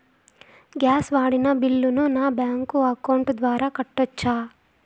Gas వాడిన బిల్లును నా బ్యాంకు అకౌంట్ ద్వారా కట్టొచ్చా?